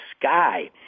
Sky